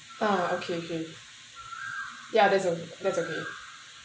uh okay okay ya that's o~ that's okay